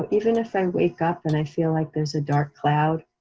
even if i wake up, and i feel like there's a dark cloud,